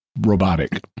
robotic